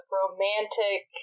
romantic